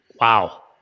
wow